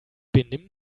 benimm